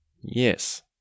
yes